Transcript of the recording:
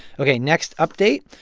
ok. next update,